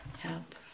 help